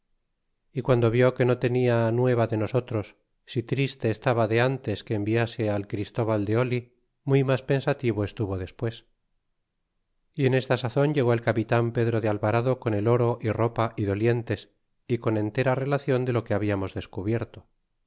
n do vió que no tenia nueva de nosotros si triste estaba de ntes que enviase al christóval de oli muy mas pensativo estuvo despues y en esta sazon llegó el capitan pedro de alvarado con e oro y ropa y dolientes y con entera relacion de lo que habiamos descubierto